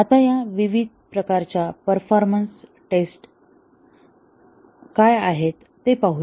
आता या विविध प्रकारच्या परफॉर्मन्स टेस्ट्स काय आहेत ते पाहूया